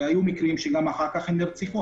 היו מקרים גם שהן נרצחו אחר כך.